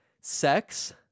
sex